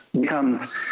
becomes